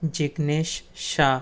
Jignesh Shah